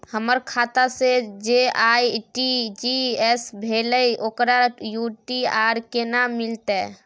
हमर खाता से जे आर.टी.जी एस भेलै ओकर यू.टी.आर केना मिलतै?